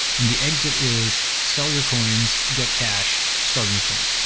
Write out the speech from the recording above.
and the exit is sell your coins, get cash, start a new coin.